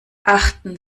achten